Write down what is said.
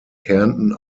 kärnten